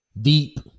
deep